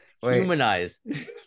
humanize